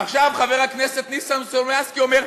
עכשיו חבר הכנסת ניסן סלומינסקי אומר: